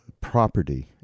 property